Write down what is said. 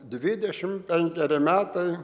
dvidešim penkeri metai